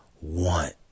want